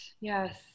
yes